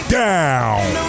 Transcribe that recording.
down